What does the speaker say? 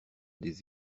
des